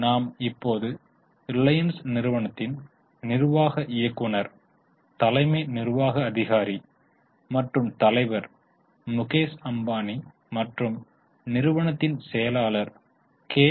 எனவே நாம் இப்போது ரிலையன்ஸ் நிறுவனத்தின் நிர்வாக இயக்குனர் தலைமை நிர்வாக அதிகாரி மற்றும் தலைவர் முகேஷ் அம்பானி மற்றும் நிறுவனத்தின் செயலாளர் கே